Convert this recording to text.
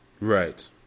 Right